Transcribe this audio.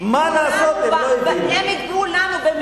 הם לא הבינו.